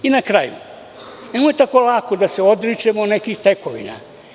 I na kraju, nemojte tako lako da se odričemo nekih tekovina.